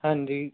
ਹਾਂਜੀ